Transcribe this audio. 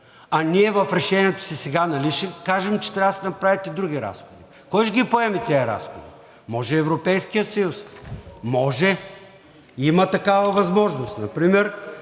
А ние в решението си сега нали ще кажем, че трябва да се направят и други разходи?! Кой ще ги поеме тези разходи? Може Европейският съюз – може, има такава възможност,